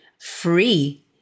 free